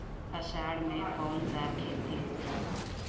अषाढ़ मे कौन सा खेती होला?